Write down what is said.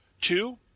Two